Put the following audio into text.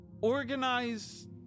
Organize